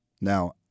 Now